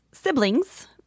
Siblings